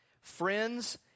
friends